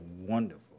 wonderful